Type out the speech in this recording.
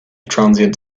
transient